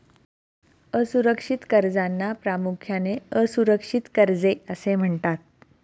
असुरक्षित कर्जांना प्रामुख्याने असुरक्षित कर्जे असे म्हणतात